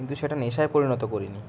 কিন্তু সেটা নেশায় পরিণত করিনি